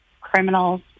criminals